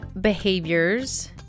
behaviors